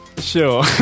Sure